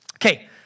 Okay